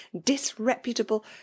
disreputable